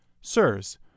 sirs